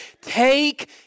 take